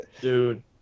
Dude